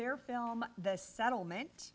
their film the settlement